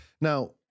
Now